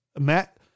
Matt